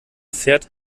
fährt